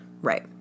Right